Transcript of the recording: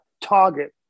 target